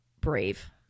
brave